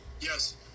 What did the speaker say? Yes